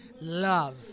love